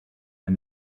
and